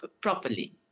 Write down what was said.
properly